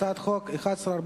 הצעת חוק פ/1148,